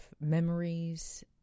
memories